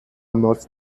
must